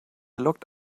locked